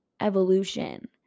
Evolution